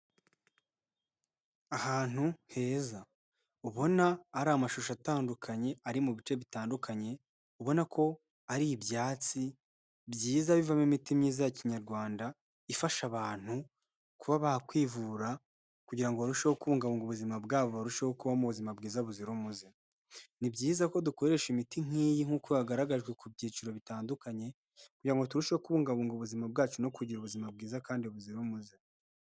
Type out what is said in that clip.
Ahantu heza ubona hari amashusho atandukanye ari mu bice bitandukanye. Ubona ko ari ibyatsi byiza bivamo imiti myiza ya Kinyarwanda ifasha abantu kuba bakwivura kugira ngo barusheho kubungabunga ubuzima bwabo, barusheho kuba mu buzima bwiza buzira umuze. Ni byiza ko dukoresha imiti nk'iyi nk'uko yagaragajwe ku byiciro bitandukanye kugira ngo turusheho kubungabunga ubuzima bwacu no kugira ubuzima bwiza kandi buzira umuze.